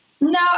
No